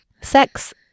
Sex